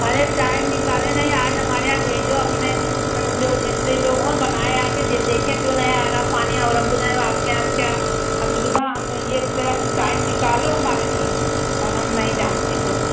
अरे टाइम निकाले नहीं आज हमारे यहाँ भेजो अपने जो मिस्त्री लोग होएं बनाए आकर जे देखें क्यों नहीं आ रहा पानी और हम कुछ नहीं आपके यहाँ क्या असुविधा हम यह टाइम निकालो हमारे लिए और हम नहीं जानते कुछ